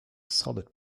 solid